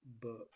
book